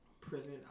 prison